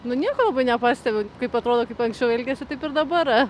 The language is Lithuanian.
nu nieko labai nepastebiu kaip atrodo kaip anksčiau elgėsi taip ir dabar